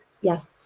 yes